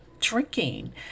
drinking